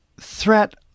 threat